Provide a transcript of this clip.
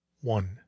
one